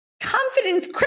confidence